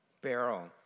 Barrel